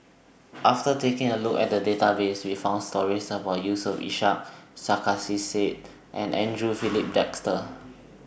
after taking A Look At The Database We found stories about Yusof Ishak Sarkasi Said and Andre Filipe Desker